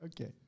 Okay